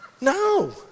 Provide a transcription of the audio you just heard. No